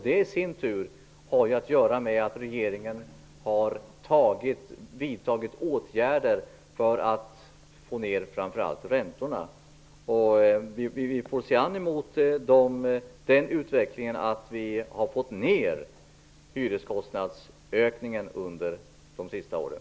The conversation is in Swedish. Det i sin tur har att göra med att regeringen har vidtagit åtgärder för att få ner framför allt räntorna. Vi får alltså se en utveckling som innebär att vi har fått ner hyreskostnadsökningen under de senaste åren.